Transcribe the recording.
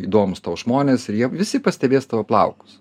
įdomūs tau žmonės ir jie visi pastebės tavo plaukus